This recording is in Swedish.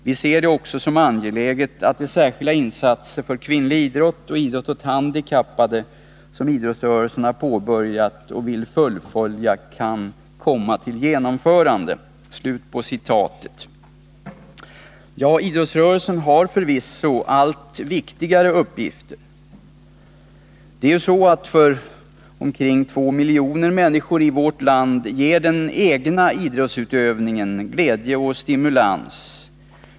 Vi ser det också som angeläget att de särskilda insatser för kvinnlig idrott och idrott åt handikappade som idrottsrörelsen har påbörjat och vill fullfölja kan komma till genomförande.” Idrottsrörelsen har förvisso allt viktigare uppgifter. För omkring två miljoner människor i vårt land ger den egna idrottsutövningen glädje och stimulans.